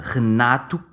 Renato